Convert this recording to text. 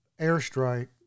airstrike